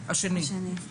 (ד1).